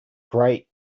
great